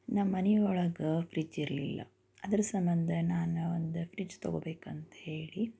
ನಮ್ಮ ಮನಿಯೊಳಗ ಫ್ರಿಜ್ ಇರಲಿಲ್ಲ ಅದರ ಸಂಬಂಧ ನಾನು ಒಂದು ಫ್ರಿಜ್ ತೊಗೊಬೇಕು ಅಂತ್ಹೇಳಿ